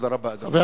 תודה רבה, אדוני.